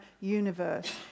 universe